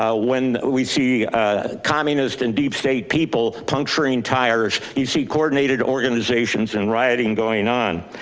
ah when we see a communist and deep state people, puncturing tires, you see coordinated organizations and rioting going on.